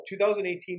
2018